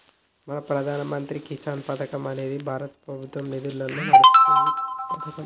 మన ప్రధాన మంత్రి కిసాన్ పథకం అనేది భారత ప్రభుత్వ నిధులతో నడుస్తున్న పతకం